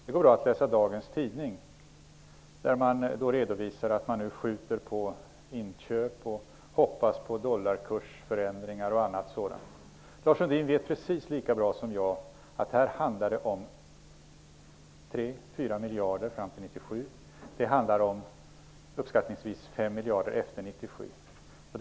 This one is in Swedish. Det går bra att läsa dagens tidning där man nu redovisar att man skjuter på inköp och bl.a. hoppas på dollarkursförändringar. Lars Sundin vet precis lika bra som jag att det handlar om 3--4 miljarder fram till 1997. Det handlar om uppskattningsvis 5 miljarder efter 1997.